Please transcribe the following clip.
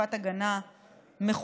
תקופת הגנה מכובדת,